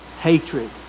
hatred